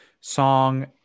song